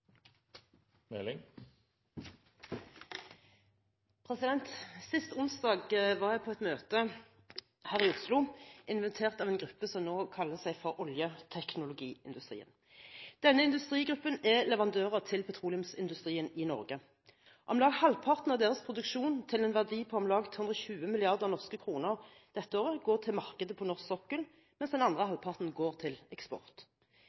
omme. Sist onsdag var jeg på et møte her i Oslo, invitert av en gruppe som nå kaller seg oljeteknologiindustrien. Denne industrigruppen er leverandører til petroleumsindustrien i Norge. Om lag halvparten av deres produksjon, til en verdi på om lag 320 mrd. kr dette året, går til markedet på norsk sokkel, mens den andre halvparten går til eksport.